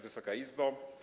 Wysoka Izbo!